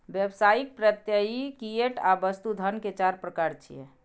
व्यावसायिक, प्रत्ययी, फिएट आ वस्तु धन के चार प्रकार छियै